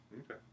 Okay